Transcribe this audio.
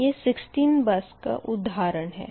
यह 16 बस का उधारण है